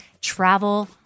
travel